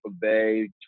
Bay